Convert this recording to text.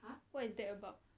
!huh! what is that about